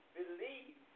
believe